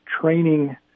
training